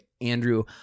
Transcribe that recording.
Andrew